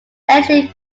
entry